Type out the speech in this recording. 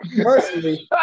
personally